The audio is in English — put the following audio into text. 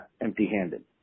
empty-handed